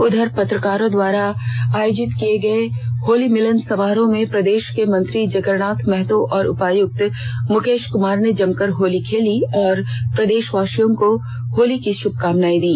उधर पत्रकारों द्वारा आयोजित किए गए होली मिलन समारोह में प्रदेश के मंत्री जगन्नाथ महतो और उपायुक्त मुकेश कुमार ने जमकर होली खेली और प्रदेशवासियों को होली की शुभकामनाए दी